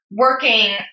working